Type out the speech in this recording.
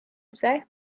say